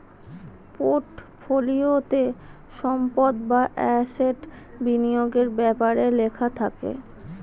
পোর্টফোলিওতে সম্পদ বা অ্যাসেট বিনিয়োগের ব্যাপারে লেখা থাকে